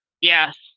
Yes